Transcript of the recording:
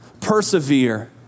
Persevere